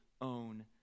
own